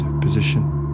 position